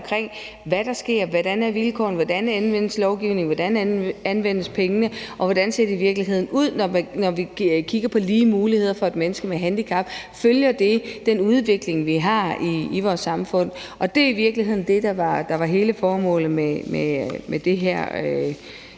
omkring, hvad der sker, hvordan vilkårene er, hvordan lovgivningen anvendes, hvordan pengene anvendes, og hvordan det i virkeligheden ser ud, når vi kigger på lige muligheder for mennesker med handicap, altså om det følger den udvikling, vi har i vores samfund. Og det er i virkeligheden det, der var hele formålet med det her